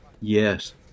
Yes